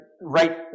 right